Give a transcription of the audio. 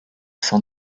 s’en